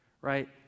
right